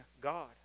God